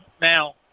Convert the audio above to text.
Now